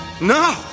No